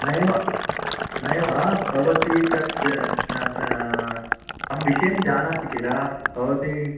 नैव नैव भवती तद् ता तं विषयं जानाति किल भवती